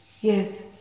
Yes